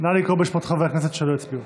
נא לקרוא בשמות חברי הכנסת שלא הצביעו.